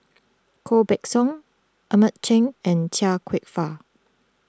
Koh Buck Song Edmund Cheng and Chia Kwek Fah